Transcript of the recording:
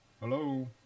Hello